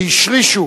שהשרישו